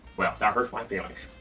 well, that hurts my feelings.